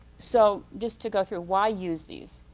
so just to go through why use these?